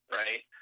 right